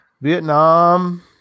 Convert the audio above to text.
Vietnam